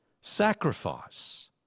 sacrifice